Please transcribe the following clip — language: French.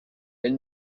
elle